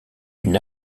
une